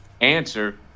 answer